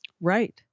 Right